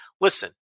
Listen